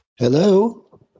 Hello